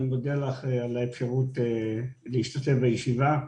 אני מודה לך על האפשרות להשתתף בישיבה.